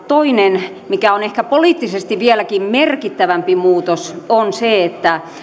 toinen mikä on ehkä poliittisesti vieläkin merkittävämpi muutos on se että